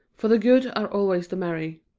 for the good are always the merry,